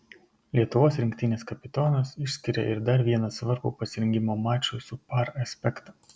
lietuvos rinktinės kapitonas išskiria ir dar vieną svarbų pasirengimo mačui su par aspektą